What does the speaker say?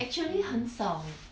actually 很少